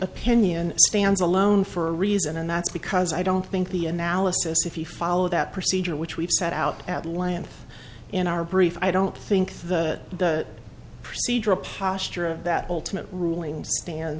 opinion stands alone for a reason and that's because i don't think the analysis if you follow that procedure which we've set out atlanta in our brief i don't think the procedural posture of that ultimate ruling stand